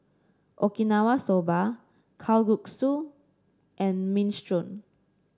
Okinawa Soba Kalguksu and Minestrone